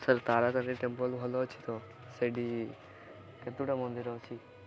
sir Taratarini temple ଭଲ ଅଛି ତ ସେଇଠି କେତେଟା ମନ୍ଦିର ଅଛି